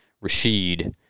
Rashid